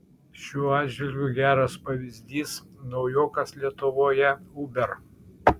šiuo atžvilgiu geras pavyzdys naujokas lietuvoje uber